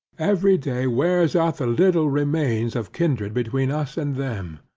every day wears out the little remains of kindred between us and them,